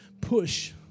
push